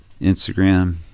Instagram